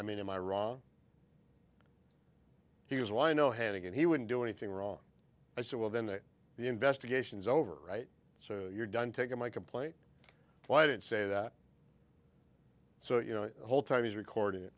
i mean am i wrong he was why no hannigan he wouldn't do anything wrong i said well then the investigation is over right so you're done taking my complaint why i didn't say that so you know the whole time he's record